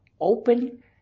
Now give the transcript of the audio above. open